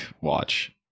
watch